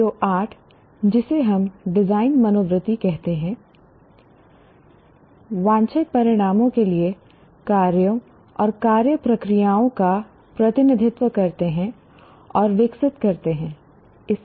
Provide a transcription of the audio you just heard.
PO8 जिसे हम design मनोवृत्ति कहते हैं वांछित परिणामों के लिए कार्यों और कार्य प्रक्रियाओं का प्रतिनिधित्व करते हैं और विकसित करते हैं